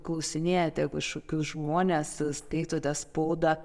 klausinėjate kažkokius žmones skaitote spaudą